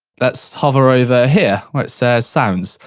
let's hover over here, where it says sounds.